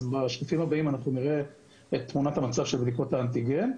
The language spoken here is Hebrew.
אז בשקפים הבאים אנחנו נראה את תמונת המצב של בדיקות האנטיגן,